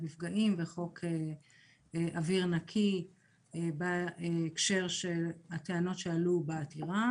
מפגעים וחוק אוויר נקי בהקשר של הטענות שעלו בעתירה.